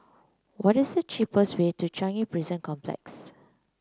what is the cheapest way to Changi Prison Complex